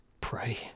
pray